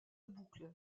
boucles